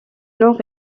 nord